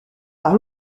par